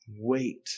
Wait